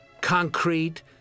concrete